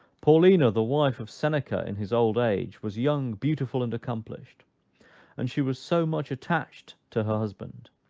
paulina the wife of seneca in his old age, was young, beautiful, and accomplished and she was so much attached to her husband,